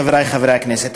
חברי חברי הכנסת,